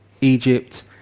Egypt